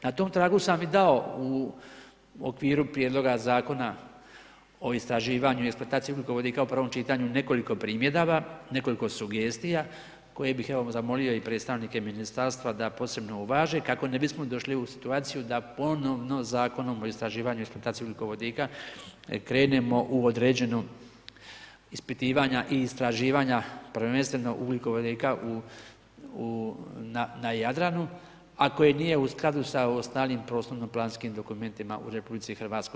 Na tom tragu sam i dao u okviru prijedloga Zakona o istraživanju i eksploataciji ugljikovodika u prvom čitanju nekoliko primjedaba, nekoliko sugestija koje bi evo zamolio i predstavnike ministarstva da posebno uvaže kako ne bismo došli u situaciju da ponovno zakonom o istraživanju i eksploataciji ugljikovodika krenemo u određeno ispitivanja i istraživanja prvenstveno ugljikovodika na Jadranu a koji nije u skladu sa ostalim prostorno-planskim dokumentima u RH.